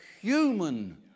human